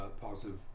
positive